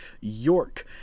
York